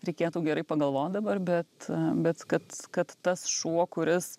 reikėtų gerai pagalvot dabar bet bet kad kad tas šuo kuris